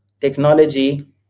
technology